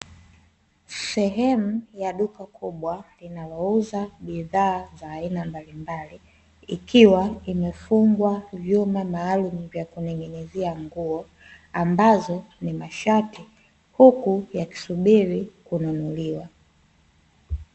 Sehemu ya duka kubwa linalouza bidhaa za aina mbalimbali, ikiwa imefungwa vyuma maalumu vya kuning'inizia nguo ambazo ni mashati, huku yakisubiri kununuliwa.